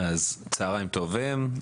צהריים טובים.